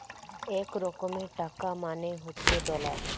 এক রকমের টাকা মানে হচ্ছে ডলার